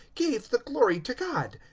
gave the glory to god.